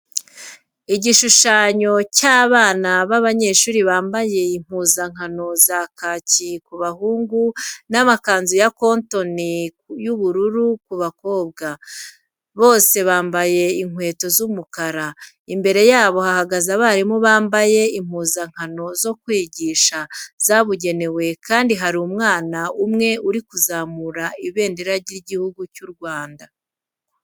Igishushanyo cy'abana b'abanyeshuri bambaye impuzankano za kaki ku bahungu, n'amakanzu ya kontoni y'ubururu ku bakobwa, bose bambaye inkweto z'umukara. Imbere yabo hahagaze abarimu bambaye impuzankano zo kwigisha zabugenewe kandi hari umwana umwe uri kuzamura ibendera ry'Igihugu cy'u Rwanda.